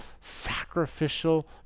sacrificial